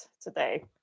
today